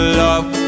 love